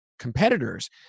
competitors